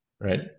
right